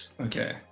okay